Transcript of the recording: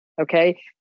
Okay